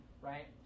right